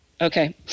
Okay